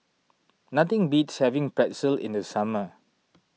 nothing beats having Pretzel in the summer